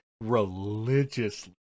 religiously